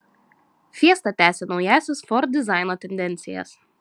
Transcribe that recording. fiesta tęsia naująsias ford dizaino tendencijas